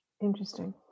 Interesting